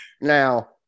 now